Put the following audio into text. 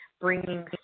bringing